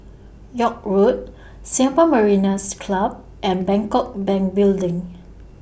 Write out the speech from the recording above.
York Road Singapore Mariners' Club and Bangkok Bank Building